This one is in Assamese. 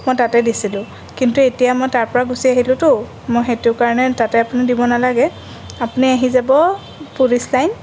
মই তাতে দিছিলোঁ কিন্তু এতিয়া মই তাৰপৰা গুছি আহিলোঁতো মই সেইটো কাৰণে তাতে আপুনি দিব নালাগে আপুনি আহি যাব পুলিচ লাইন